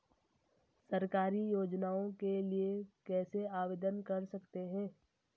सरकारी योजनाओं के लिए कैसे आवेदन कर सकते हैं?